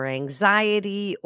anxiety